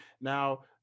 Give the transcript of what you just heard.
now